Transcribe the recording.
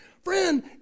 Friend